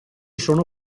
sono